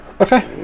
Okay